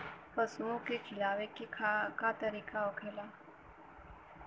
पशुओं के खिलावे के का तरीका होखेला?